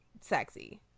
sexy